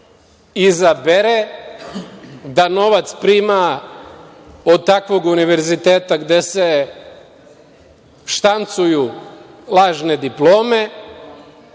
izabere da novac prima od takvog univerziteta gde se štancuju lažne diplome,